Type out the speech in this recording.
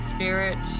Spirit